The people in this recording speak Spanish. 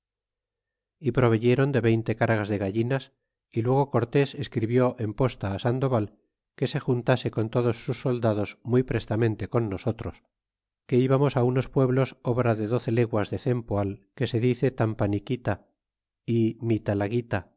é proveyeron de veinte cargas de gallinas é luego cortés escribió en posta sandoval que se juntase col todos sus soldados muy prestamente con nosotros que íbamos á unos pueblos obra de doce leguas de cempoal que se dice tampaniquita é mitalaguita que